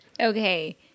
Okay